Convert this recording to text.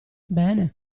bene